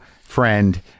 friend